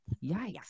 yes